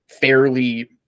fairly